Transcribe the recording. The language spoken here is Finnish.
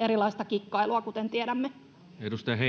erilaista muutakin kikkailua, kuten tiedämme. [Speech